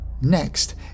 Next